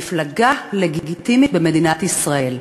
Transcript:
מפלגה לגיטימית במדינת ישראל.